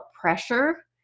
pressure